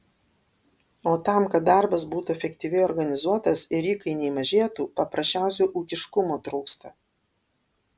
o tam kad darbas būtų efektyviai organizuotas ir įkainiai mažėtų paprasčiausio ūkiškumo trūksta